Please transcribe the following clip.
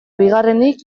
bigarrenik